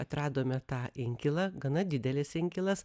atradome tą inkilą gana didelis inkilas